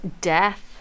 death